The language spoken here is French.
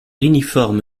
uniforme